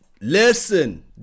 listen